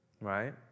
Right